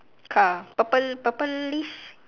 car purple purplish